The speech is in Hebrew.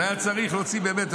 והיה צריך להוציא באמת,